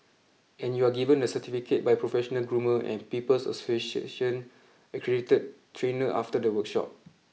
and you are given a certificate by professional groomer and People's Association accredited trainer after the workshop